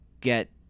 get